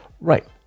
Right